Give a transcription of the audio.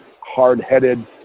hard-headed